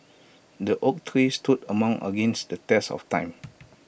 the oak tree stood among against the test of time